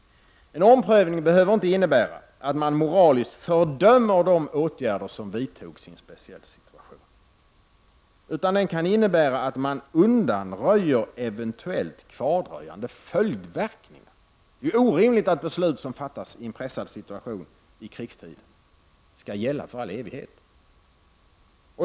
En omprövning behöver inte innebära att man moraliskt fördömer de åtgärder som vidtogs i en speciell situation, men den kan innebära att man undanröjer eventuellt kvardröjande följdverkningar. Det är orimligt att beslut som fattas i en pressad situation i krigstid skall gälla i all evighet.